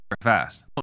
fast